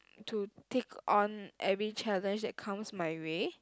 to take on every challenge that comes my way